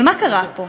אבל מה קרה פה?